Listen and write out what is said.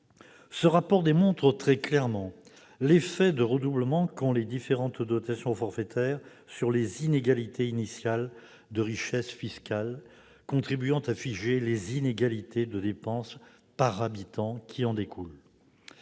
Ce rapport démontre très clairement l'effet de redoublement qu'ont les différentes dotations forfaitaires sur les inégalités initiales de richesse fiscale, contribuant à figer les inégalités de dépenses par habitant qui en découlent.